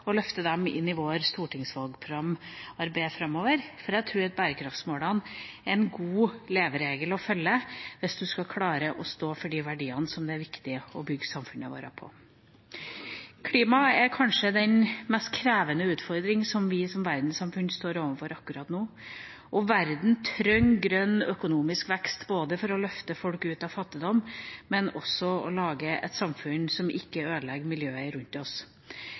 løfte dem inn i arbeidet med vårt stortingsvalgprogram framover. Jeg tror at bærekraftsmålene er en god leveregel å følge hvis vi skal klare å stå for de verdiene som det er viktig å bygge samfunnet vårt på. Klima er kanskje den mest krevende utfordringa som vi som verdenssamfunn står overfor akkurat nå. Verden trenger grønn økonomisk vekst, både for å løfte folk ut av fattigdom og for å lage et samfunn som ikke ødelegger miljøet rundt oss.